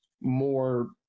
more